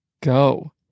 go